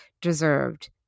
deserved